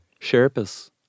Sherpas